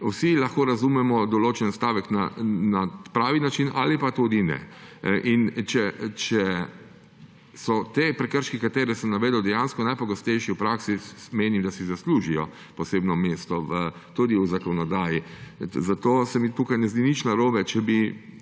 vsi lahko razumemo določen stavek na pravi način – ali pa tudi ne. In če so ti prekrški, katere sem navedel, dejansko najpogostejši v praksi, menim, da si zaslužijo posebno mesto tudi v zakonodaji. Zato se mi tukaj ne zdi nič narobe, če bi